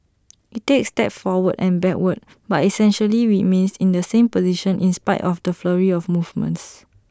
IT takes steps forward and backward but essentially remains in the same position in spite of the flurry of movements